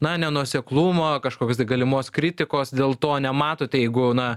na nenuoseklumo kažkokios tai galimos kritikos dėl to nematot jeigu na